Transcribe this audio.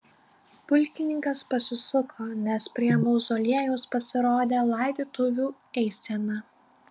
pulkininkas pasisuko nes prie mauzoliejaus pasirodė laidotuvių eisena